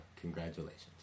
congratulations